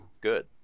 good